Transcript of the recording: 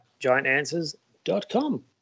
giantanswers.com